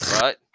right